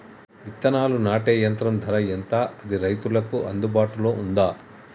విత్తనాలు నాటే యంత్రం ధర ఎంత అది రైతులకు అందుబాటులో ఉందా?